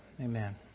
Amen